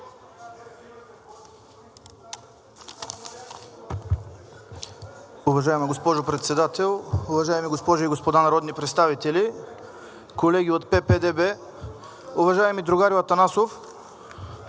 Уважаема госпожо Председател, уважаеми госпожи и господа народни представители, колеги от ПП-ДБ! Уважаеми другарю Атанасов,